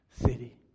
city